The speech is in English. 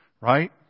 right